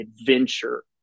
adventure